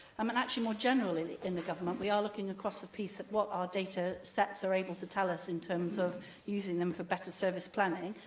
um and actually, more generally in the government, we are looking across the piece at what our data sets are able to tell us in terms of using them for better service planning,